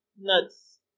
nuts